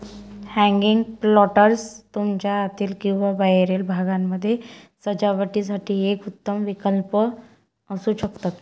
hanging planters तुमच्या आतील किंवा बाहेरील भागामध्ये सजावटीसाठी एक उत्तम विकल्प असू शकतात